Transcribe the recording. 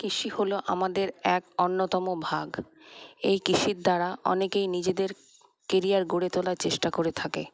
কৃষি হলো আমাদের এক অন্যতম ভাগ এই কৃষির দ্বারা অনেকেই নিজেদের ক্যারিয়ার গড়ে তোলার চেষ্টা করে থাকে